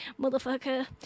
motherfucker